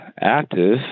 Active